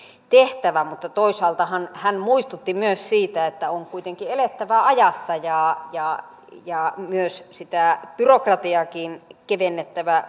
tehtävä mutta toisaaltahan hän muistutti myös siitä että on kuitenkin elettävä ajassa ja ja myös sitä byrokratiaakin kevennettävä